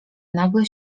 nagle